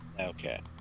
Okay